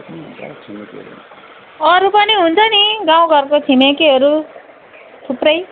अरू पनि हुन्छ नि गाउँ घरको छिमेकीहरू थुप्रै